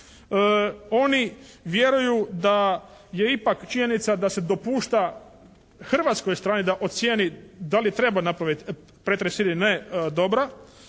Oni vjeruju da je ipak činjenica da se dopušta hrvatskoj strani da ocijeni da li treba napraviti pretres ili ne dobra.